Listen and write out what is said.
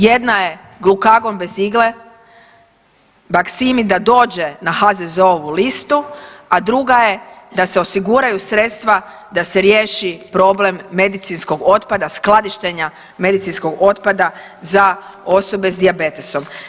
Jedna je glukagon bez igle Baqsimi da dođe na HZZO-ovu listu, a druga je da se osiguraju sredstva da se riješi problem medicinskog otpada, skladištenja medicinskog otpada za osobe s dijabetesom.